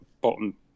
bottom